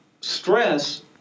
stress